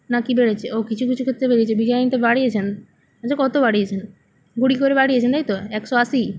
না কি বেড়েছে ও কিছু কিছু ক্ষেত্রে বেড়েছে বিরিয়ানিতে বাড়িয়েছেন আচ্ছা কত বাড়িয়েছেন কুড়ি করে বাড়িয়েছেন তাইতো একশো আশি